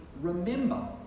remember